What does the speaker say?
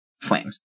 flames